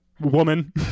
woman